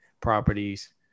properties